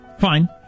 Fine